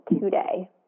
today